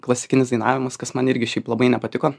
klasikinis dainavimas kas man irgi šiaip labai nepatiko